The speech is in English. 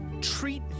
treat